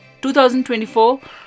2024